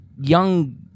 young